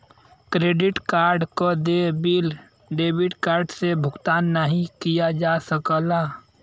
credit card क देय bill debit card से भुगतान नाहीं किया जा सकला